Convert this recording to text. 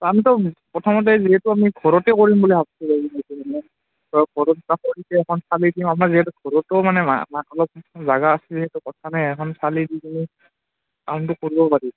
কামটো প্ৰথমতে যিহেতু আমি ঘৰতে কৰিম বুলি ভাবছোঁ এইটো মানে ধৰক ঘৰত এটা সৰুকৈ এখন চালি দিম আমাৰ যিহেতু ঘৰতো মানে অলপ জাগা আছে যিহেতু কথা নাই এখন চালি দি কিনি কামটো কৰিব পাৰিম